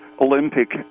Olympic